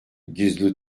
gizli